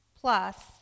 Plus